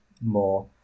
more